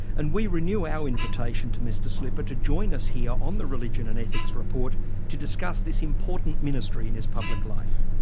and we renew our invitation to mr slipper to join us here on the religion and ethics report to discuss this important ministry in his public life